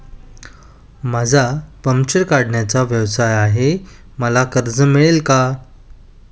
माझा पंक्चर काढण्याचा व्यवसाय आहे मला कर्ज मिळेल का?